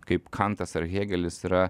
kaip kantas ar hėgelis yra